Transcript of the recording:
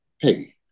hey